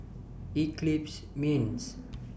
Eclipse Mints